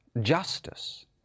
justice